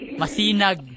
masinag